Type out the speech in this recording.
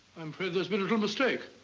i'm afraid there's been a little mistake.